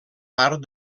part